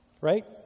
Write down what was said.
right